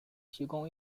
提供